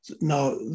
Now